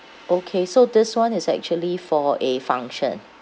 okay so this [one] is actually for a function